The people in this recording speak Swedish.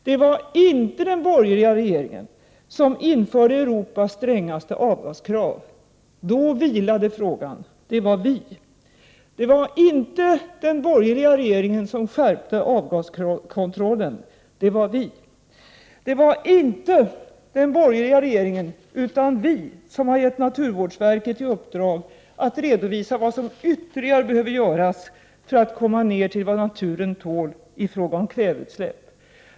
Det var inte en borgerlig regering som införde Europas strängaste avgaskrav — då vilade frågan — utan det var vi. Det var inte en borgerlig regering som skärpte avgaskontrollen — det var VI. Det är inte en borgerlig regering, utan det är vi som har gett naturvårdsverket i uppdrag att redovisa vad som ytterligare behöver göras för att komma ner till vad naturen tål i fråga om kväveutsläpp.